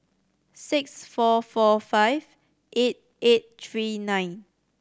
six four four five eight eight three nine